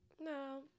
No